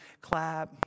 clap